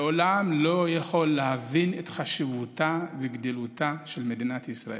לעולם לא יוכל להבין את חשיבותה וגדולתה של מדינת ישראל.